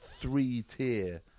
three-tier